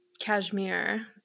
Cashmere